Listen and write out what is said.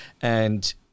And-